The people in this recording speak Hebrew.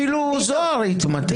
אפילו זוהר התמתן.